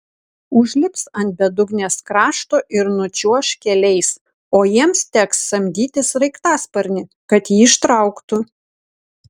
užlips ant bedugnės krašto ir nučiuoš keliais o jiems teks samdyti sraigtasparnį kad jį ištrauktų